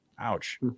Ouch